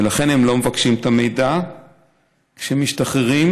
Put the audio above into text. ולכן הם לא מבקשים את המידע כשהם משתחררים.